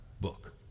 book